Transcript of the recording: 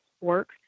work